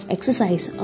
Exercise